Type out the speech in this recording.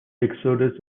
exodus